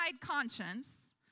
conscience